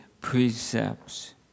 precepts